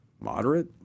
moderate